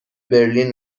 برلین